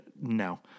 No